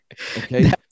Okay